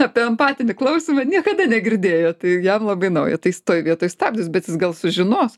apie empatinį klausymą niekada negirdėjo jam labai nauja tai jis toj vietoj stabdis bet jis gal sužinos